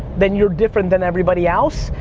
then you're different than everybody else,